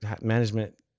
management